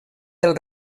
del